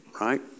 right